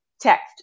text